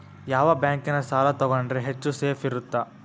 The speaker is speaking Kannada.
ಯಾವ ಬ್ಯಾಂಕಿನ ಸಾಲ ತಗೊಂಡ್ರೆ ಹೆಚ್ಚು ಸೇಫ್ ಇರುತ್ತಾ?